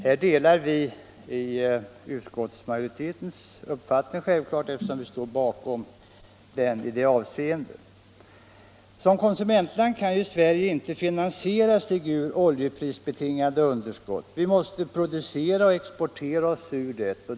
Här delar vi reservanter självklart utskottsmajoritetens uppfattning. Som konsumentland kan Sverigen inte finansiera sig ur sitt oljeprisbetingade underskott. Vi måste producera och exportera oss ur det.